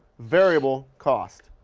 variable cost,